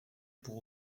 pour